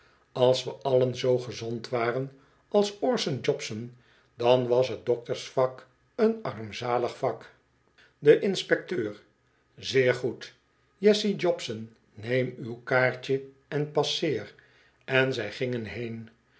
als we allen zoo gezond waren als orson jobson dan was t doktersvak een armzalig vak de inspecteuk zeer goed jessie jobson neem uw kaartje en passeer en zij gingen heen